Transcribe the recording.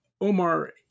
Omar